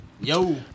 Yo